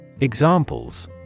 Examples